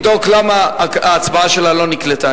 אני מבקש לבדוק למה ההצבעה שלה לא נקלטה.